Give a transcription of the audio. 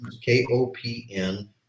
k-o-p-n